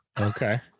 Okay